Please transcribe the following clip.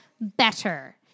better